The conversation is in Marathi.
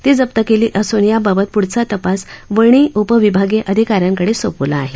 ती जप्त केली असून याबाबत पुढचा तपास वणी उपविभागीय अधिकाऱ्यांकडे सोपवला आहे